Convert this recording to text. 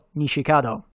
Nishikado